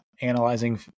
analyzing